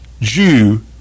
jew